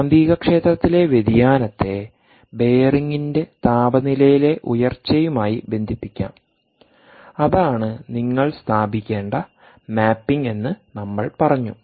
കാന്തികക്ഷേത്രത്തിലെ വ്യതിയാനത്തെ ബെയറിംഗിന്റെ താപനിലയിലെ ഉയർച്ചയുമായി ബന്ധിപ്പിക്കാം അതാണ് നിങ്ങൾ സ്ഥാപിക്കേണ്ട മാപ്പിംഗ് എന്ന് നമ്മൾ പറഞ്ഞു